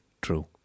True